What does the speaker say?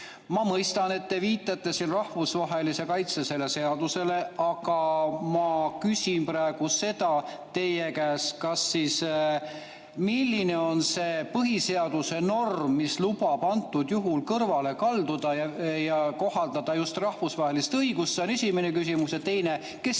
Ma mõistan, et te viitate siin rahvusvahelise kaitse seadusele, aga ma küsin praegu teie käest seda: milline on see põhiseaduse norm, mis lubab kõrvale kalduda ja kohaldada just rahvusvahelist õigust? See on esimene küsimus. Ja teine: